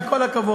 עם כל הכבוד,